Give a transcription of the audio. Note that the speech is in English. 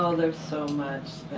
there's so much,